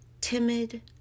timid